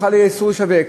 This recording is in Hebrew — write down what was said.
בכלל יהיה אסור לשווק.